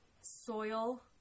Soil